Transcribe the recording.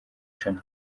sean